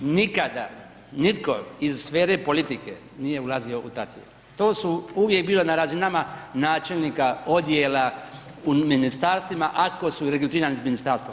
Nikada nitko iz sfere politike nije ulazio u …/nerazumljivo/… to su uvijek bilo na razinama načelnika odjela u ministarstvima ako su regrutirani iz ministarstva.